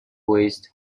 waste